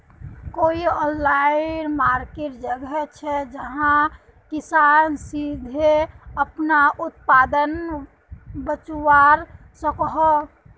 कोई online market जगह छे जहाँ किसान सीधे अपना उत्पाद बचवा सको हो?